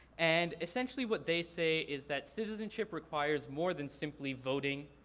and essentially what they say is that citizenship requires more than simply voting,